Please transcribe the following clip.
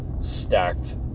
stacked